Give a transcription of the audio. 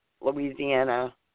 Louisiana